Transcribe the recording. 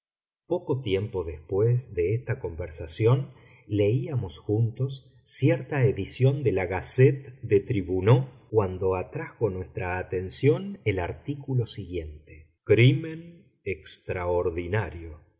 poco tiempo después de esta conversación leíamos juntos cierta edición de la gazette des tribunaux cuando atrajo nuestra atención el artículo siguiente crimen extraordinario